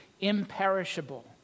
imperishable